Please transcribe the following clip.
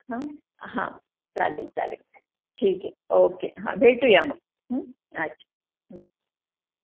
हां हां चालेल चालेल ठीक आहे ओके हां भेटूया मग अच्छा